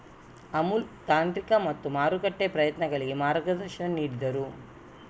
ಅಮುಲ್ನ ತಾಂತ್ರಿಕ ಮತ್ತು ಮಾರುಕಟ್ಟೆ ಪ್ರಯತ್ನಗಳಿಗೆ ಮಾರ್ಗದರ್ಶನ ನೀಡಿದರು